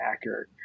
accurate